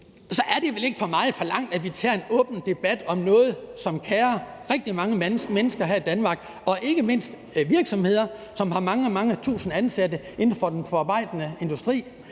Så er det vel ikke for meget forlangt, at vi tager en åben debat om noget, som berører rigtig mange mennesker her i Danmark og ikke mindst virksomheder, som har mange, mange tusind ansatte inden for den forarbejdende industri.